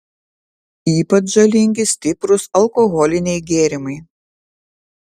ypač žalingi stiprūs alkoholiniai gėrimai